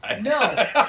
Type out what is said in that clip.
No